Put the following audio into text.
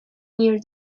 near